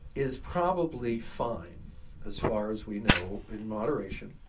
is probably fine as far as we know in moderation.